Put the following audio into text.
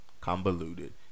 convoluted